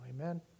Amen